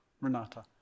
Renata